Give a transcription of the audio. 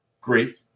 Great